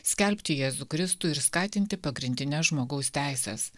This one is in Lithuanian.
skelbti jėzų kristų ir skatinti pagrindines žmogaus teises